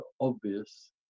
obvious